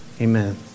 Amen